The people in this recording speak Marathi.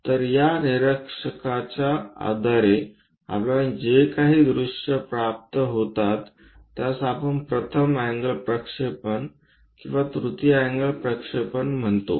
तर या निरीक्षकाच्या आधारे आपल्याला जे काही दृश्ये प्राप्त होतात त्यास आपण की प्रथम अँगल प्रक्षेपण किंवा तृतीय अँगल प्रक्षेपण म्हणतो